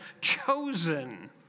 chosen